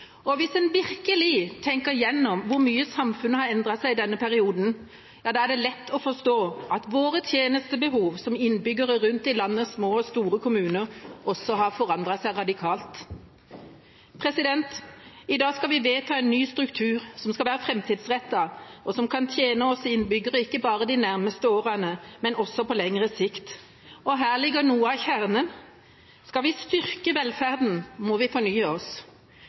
Og hvis en virkelig tenker igjennom hvor mye samfunnet har endret seg i denne perioden, er det lett å forstå at våre tjenestebehov som innbyggere rundt om i landets små og store kommuner også har forandret seg radikalt. I dag skal vi vedta en ny struktur, som skal være framtidsrettet, og som kan tjene oss innbyggere ikke bare de nærmeste årene, men også på lengre sikt. Her ligger noe av kjernen. Skal vi styrke velferden, må vi fornye oss.